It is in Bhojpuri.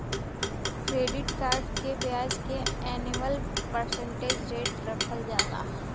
क्रेडिट कार्ड्स के ब्याज के एनुअल परसेंटेज रेट रखल जाला